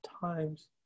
times